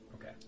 Okay